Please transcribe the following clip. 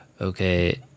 okay